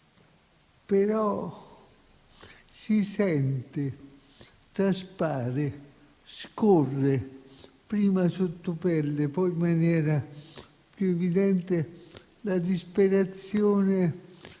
si sente, traspare, scorre, prima sottopelle e poi in maniera più evidente, la disperazione